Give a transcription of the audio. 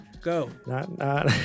Go